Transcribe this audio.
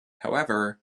however